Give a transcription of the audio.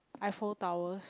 eiffel tower's